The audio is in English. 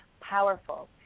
powerful